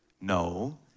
No